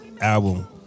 album